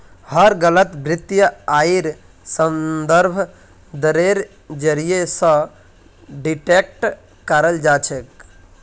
हर गलत वित्तीय आइर संदर्भ दरेर जरीये स डिटेक्ट कराल जा छेक